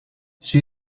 she